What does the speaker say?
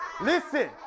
listen